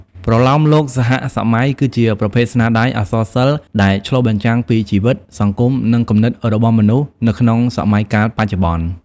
ប្រលោមលោកសហសម័យ គឺជាប្រភេទស្នាដៃអក្សរសិល្ប៍ដែលឆ្លុះបញ្ចាំងពីជីវិត សង្គម និងគំនិតរបស់មនុស្សនៅក្នុងសម័យកាលបច្ចុប្បន្ន។